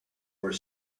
were